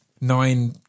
Nine